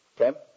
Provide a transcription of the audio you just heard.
Okay